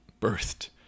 birthed